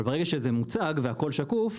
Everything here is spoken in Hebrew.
אבל ברגע שזה מוצג והכל שקוף,